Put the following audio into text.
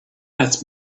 ask